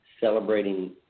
celebrating